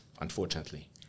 unfortunately